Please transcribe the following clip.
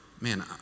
man